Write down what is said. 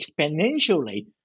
exponentially